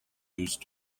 used